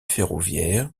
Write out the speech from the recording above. ferroviaire